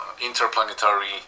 interplanetary